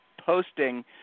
posting